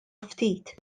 ftit